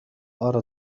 أرى